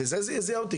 זה זעזע אותי.